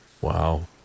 Wow